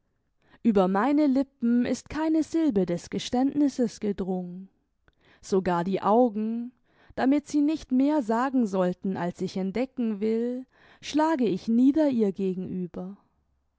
ueber meine lippen ist keine silbe des geständnisses gedrungen sogar die augen damit sie nicht mehr sagen sollten als ich entdecken will schlage ich nieder ihr gegenüber